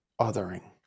othering